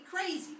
crazy